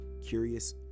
curious